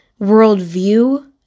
worldview